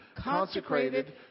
consecrated